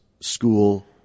School